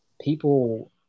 people